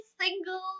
single